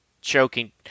choking